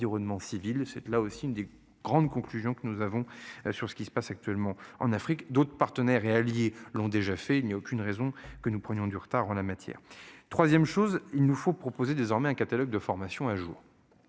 environnement civils cette là aussi une des grandes conclusions que nous avons sur ce qui se passe actuellement en Afrique d'autres partenaires et alliés l'ont déjà fait, il n'y a aucune raison que nous prenons du retard en la matière 3ème chose. Il nous faut proposer désormais un catalogue de formation un jour.